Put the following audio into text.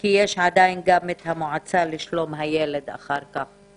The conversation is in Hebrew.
כי יש עדיין את המועצה לשלום הילד אחר כך.